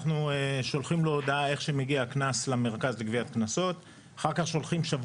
ברגע שמגיע הקנס למרכז לגביית קנסות אנחנו שולחים לו הודעה,